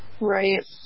Right